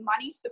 money